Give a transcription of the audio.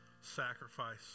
sacrifice